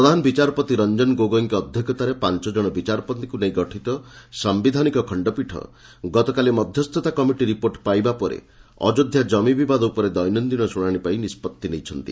ପ୍ରଧାନ ବିଚାରପତି ରଞ୍ଜନ ଗୋଗୋଇଙ୍କ ଅଧ୍ୟକ୍ଷତାରେ ପାଞ୍ଚ ଜଣ ବିଚାରପତିଙ୍କୁ ନେଇ ଗଠିତ ସାୟିଧାନିକ ଖଣ୍ଡପୀଠ ଗତକାଲି ମଧ୍ୟସ୍ଥତା କମିଟି ରିପୋର୍ଟ୍ ପାଇଲା ପରେ ଅଯୋଧ୍ୟା କମି ବିବାଦ ଉପରେ ଦୈନନ୍ଦିନ ଶୁଶାଣି ପାଇଁ ନିଷ୍କଭି ନେଇଛନ୍ତି